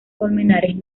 colmenares